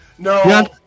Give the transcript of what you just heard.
No